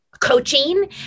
coaching